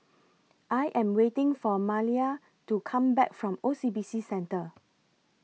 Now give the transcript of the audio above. I Am waiting For Maleah to Come Back from O C B C Centre